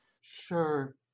Sure